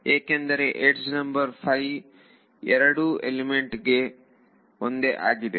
ಏಕೆಂದರೆ edge number 5 ಏರಡೂ element ಇಗೆ ಒಂದೇ ಆಗಿದೆ